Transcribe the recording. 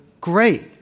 great